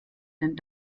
den